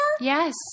Yes